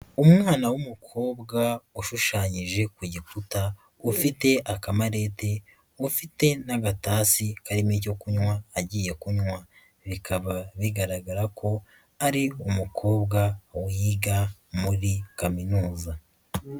umwana w'umukobwa ushushanyije ku gikuta, ufite akamareti, ufite n'agatasi karimo icyo kunywa agiye kunywa bikaba bigaragara ko ari umukobwa wiga muri kaminuza.